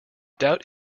doubt